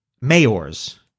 mayors